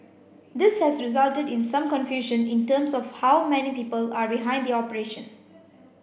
this has resulted in some confusion in terms of how many people are behind the operation